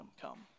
come